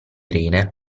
rene